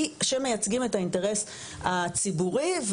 שמייצגים את האינטרס הציבורי,